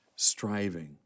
striving